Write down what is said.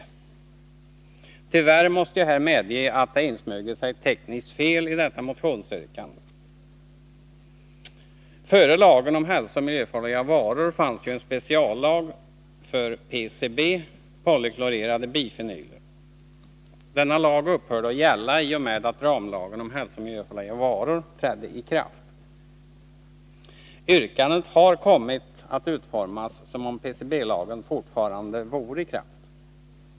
Tyvärr måste jag här medge att det insmugit sig ett tekniskt fel i detta motionsyrkande. Före lagen om hälsooch miljöfarliga varor fanns ju en speciallag för PCB, polyklorerade bifenyler. Denna lag upphörde ju att gälla i och med att ramlagen om hälsooch miljöfarliga varor trädde i kraft. Yrkandet har kommit att utformas som om PBC-lagen fortfarande vore i kraft.